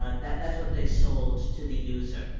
ah that's what they sold to the user,